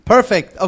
Perfect